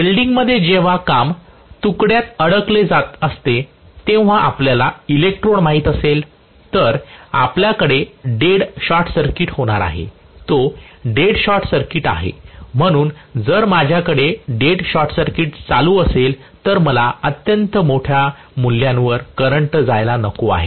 वेल्डिंगमध्ये जेव्हा काम तुकड्यात अडकले जात असेल तेव्हा आपल्याला इलेक्ट्रोड माहित असेल तर आपल्याकडे डेड शॉर्ट सर्किट होणार आहे तो डेड शॉर्ट सर्किट आहे म्हणून जर माझ्याकडे डेड शॉर्ट सर्किट चालू असेल तर मला अत्यंत मोठ्या मूल्यांवर करंट जाण्यासाठी नको आहे